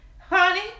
honey